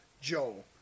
Joe